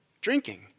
Drinking